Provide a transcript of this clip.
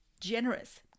generous